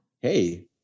Hey